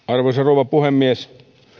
arvoisa rouva puhemies